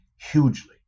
hugely